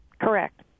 Correct